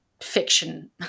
fiction